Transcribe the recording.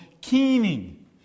keening